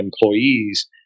employees